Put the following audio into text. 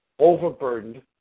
overburdened